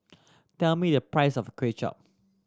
tell me the price of Kway Chap